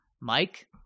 Mike